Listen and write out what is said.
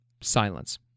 silence